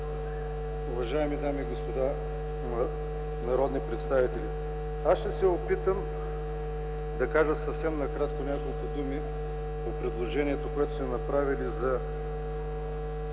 уважаеми дами и господа народни представители! Аз ще се опитам да кажа съвсем накратко няколко думи по предложението, което сме направили за